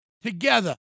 together